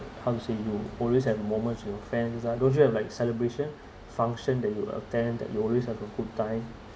how to say no always have moments with friends ah don't you have like celebration function that you would attend that you always have a good time